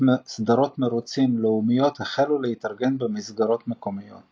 מרוצים לאומיות החלו להתארגן במסגרות מקומיות.